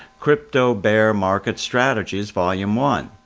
crypto bear market strategies volume one.